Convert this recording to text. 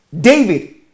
David